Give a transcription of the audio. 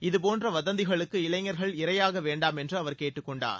இதபோன்ற வதந்திகளுக்கு இளைஞர்கள் இரையாக வேண்டாம் என்று அவர் கேட்டுக் கொண்டார்